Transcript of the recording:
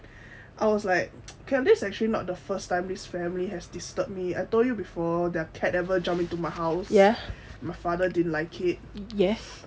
I was like okay this actually not the first time this family has disturb me I told you before their cat jump into my house my father didn't like it